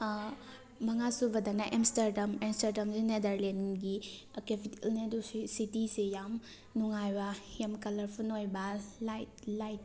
ꯃꯉꯥ ꯁꯨꯕꯗꯅ ꯑꯦꯝꯁꯇꯔꯗꯝ ꯑꯦꯝꯁꯇꯔꯗꯝꯁꯤ ꯅꯦꯗꯔꯂꯦꯟꯒꯤ ꯀꯦꯄꯤꯇꯦꯜꯅꯦ ꯑꯗꯨ ꯑꯣꯏꯔꯁꯨ ꯁꯤꯇꯤꯁꯦ ꯌꯥꯝ ꯅꯨꯡꯉꯥꯏꯕ ꯌꯥꯝ ꯀꯂꯔꯐꯨꯟ ꯑꯣꯏꯕ ꯂꯥꯏꯠ ꯂꯥꯏꯠ